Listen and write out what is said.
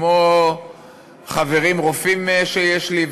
כמו חברים רופאים שיש לי,